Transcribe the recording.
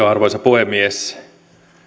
arvoisa puhemies